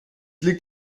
liegt